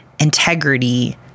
integrity